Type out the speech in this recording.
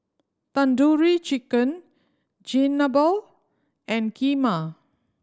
Tandoori Chicken Chigenabe and Kheema